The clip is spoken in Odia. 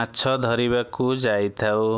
ମାଛ ଧରିବାକୁ ଯାଇଥାଉ